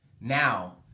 Now